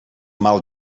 mal